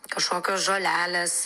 kažkokios žolelės